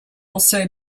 also